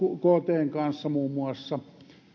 ktn kanssa muun muassa